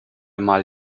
mal